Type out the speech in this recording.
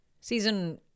season